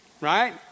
right